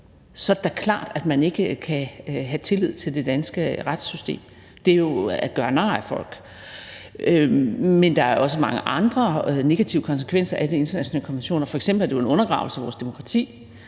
Så er det da klart, at man ikke kan have tillid til det danske retssystem. Det er jo at gøre nar af folk. Der er også mange andre negative konsekvenser af de internationale konventioner, f.eks. er det jo en undergravelse af vores demokrati,